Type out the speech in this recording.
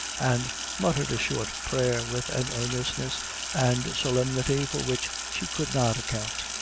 and muttered a short prayer with an earnestness and solemnity for which she could not account.